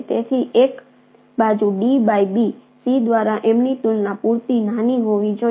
તેથી એક બાજુ D બાય B C દ્વારા એમની તુલના પૂરતી નાની હોવી જોઈએ